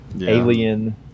Alien